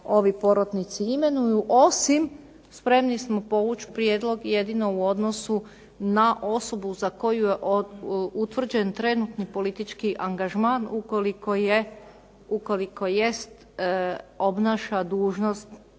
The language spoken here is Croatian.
ovi porotnici imenuju, osim spremni smo povući prijedlog jedino u odnosu na osobu za koju je utvrđen trenutni politički angažman ukoliko jest obnaša dužnost